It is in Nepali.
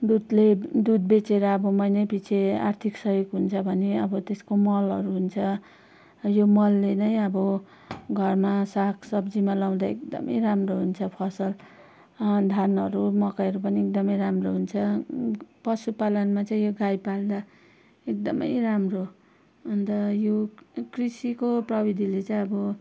दुधले दुध बेचेर अब महिनैपिच्छे आर्थिक सहयोग हुन्छ भने अब त्यसको मलहरू हुन्छ यो मलले नै अब घरमा सागसब्जीमा लाउँदा एकदमै राम्रो हुन्छ फसल धानहरू मकैहरू पनि एकदमै राम्रो हुन्छ पशुपालनमा चाहिँ यो गाई पाल्दा एकदमै राम्रो अन्त यो कृषिको प्रविधिले चाहिँ अब